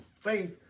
faith